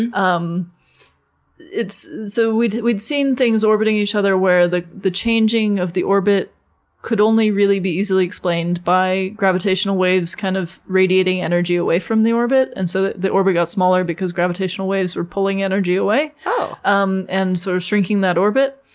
and um so we'd we'd seen things orbiting each other where the the changing of the orbit could only really be easily explained by gravitational waves kind of radiating energy away from the orbit. and so the the orbit got smaller because gravitational waves were pulling energy away um and sort of shrinking that orbit.